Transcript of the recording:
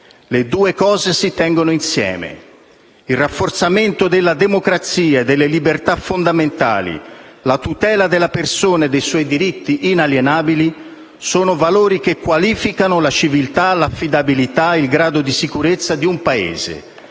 Le due cose si tengono insieme. Il rafforzamento della democrazia e delle libertà fondamentali, la tutela della persona e dei suoi diritti inalienabili sono valori che qualificano la civiltà, 1'affidabilità e il grado di sicurezza di un Paese